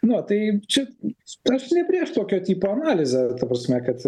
nu tai čia aš ne prieš tokio tipo analizę ta prasme kad